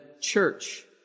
church